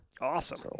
Awesome